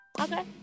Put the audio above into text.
Okay